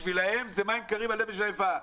בשבילם זה "מים קרים לנפש עייפה".